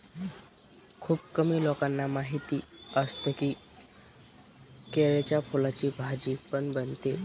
खुप कमी लोकांना माहिती असतं की, केळ्याच्या फुलाची भाजी पण बनते